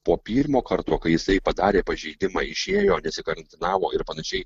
po pirmo karto kai jisai padarė pažeidimą išėjo nesikarantinavo ir panašiai